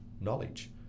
knowledge